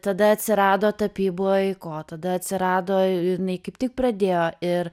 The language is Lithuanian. tada atsirado tapyboj ko tada atsirado jinai kaip tik pradėjo ir